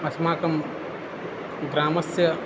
अस्माकं ग्रामस्य